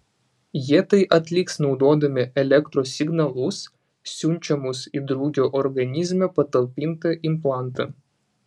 jie tai atliks naudodami elektros signalus siunčiamus į drugio organizme patalpintą implantą